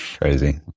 crazy